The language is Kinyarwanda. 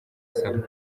saba